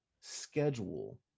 schedule